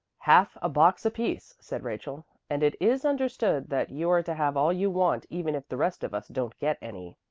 half a box apiece, said rachel, and it is understood that you are to have all you want even if the rest of us don't get any.